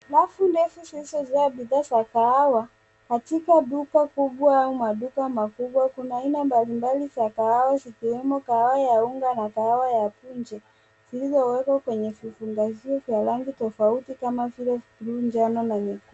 Rafu ndefu zilizojaa bidhaa za kahawa na katika duka kubwa au maduka makubwa. Kuna aina mbalimbali za kahawa zikiwemo kahawa ya unga na kahawa ya tunzo, zilizowekwa kwenye vifungashio vya rangi tofauti kama vile bluu, njano na nyekundu.